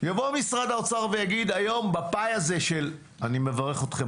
יבוא משרד האוצר ויגיד: היום בפאי הזה של אני מברך אתכם